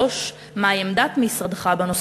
3. מה היא עמדת משרדך בנושא?